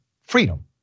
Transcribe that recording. freedom